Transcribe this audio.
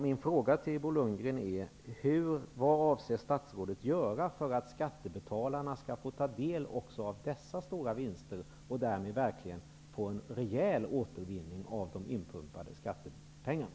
Min fråga till Bo Lundgren är: Vad avser statsrådet att göra för att skattebetalarna skall få ta del också av dessa stora vinster och därmed verkligen få en rejäl återvinning på de inpumpade skattepengarna?